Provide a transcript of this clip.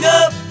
up